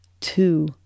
two